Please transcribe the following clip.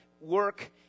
work